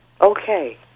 Okay